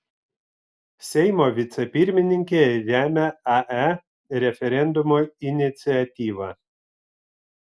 seimo vicepirmininkė remia ae referendumo iniciatyvą